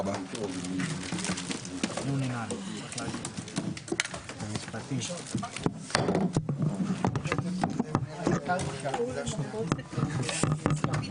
הישיבה ננעלה בשעה 12:07.